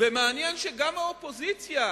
מעניין שגם האופוזיציה,